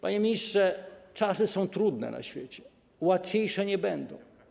Panie ministrze, czasy są trudne na świecie, łatwiejsze nie będą.